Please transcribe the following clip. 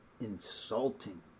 Insulting